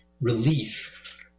relief